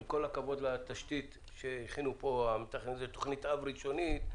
עם כל הכבוד לתשתית שהכינו פה תוכנית אב ראשונית,